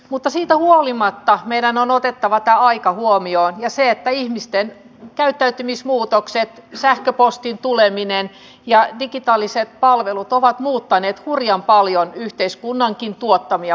mutta siitä huolimatta meidän on otettava tämä aika huomioon ja se että ihmisten käyttäytymismuutokset sähköpostin tuleminen ja digitaaliset palvelut ovat muuttaneet hurjan paljon yhteiskunnankin tuottamia palvelutarpeita